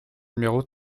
numéro